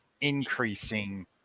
increasing